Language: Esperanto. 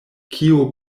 kio